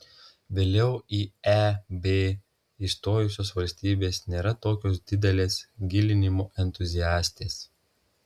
vėliau į eb įstojusios valstybės nėra tokios didelės gilinimo entuziastės